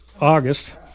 August